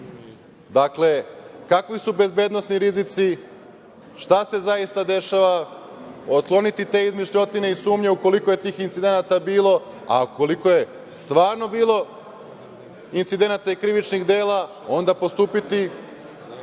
Dakle, kakvi su bezbednosni rizici, šta se zaista dešava, otkloniti te izmišljotine i sumnje, ukoliko je tih incidenata bilo, a ukoliko je stvarno bilo incidenata i krivičnih dela, onda postupiti